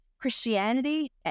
Christianity